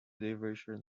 diversion